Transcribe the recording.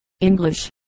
English